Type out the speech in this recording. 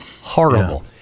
horrible